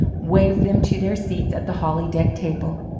waved them to their seats at the holly-decked table.